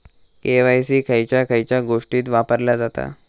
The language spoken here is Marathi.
के.वाय.सी खयच्या खयच्या गोष्टीत वापरला जाता?